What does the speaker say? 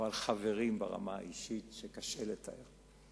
אבל חברים ברמה האישית שקשה לתאר.